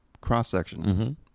cross-section